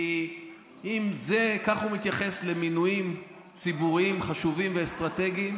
כי אם ככה הוא מתייחס למינויים ציבוריים חשובים ואסטרטגיים,